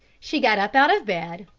she got up out of bed,